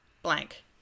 Blank